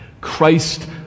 Christ